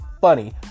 funny